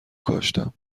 کاشتم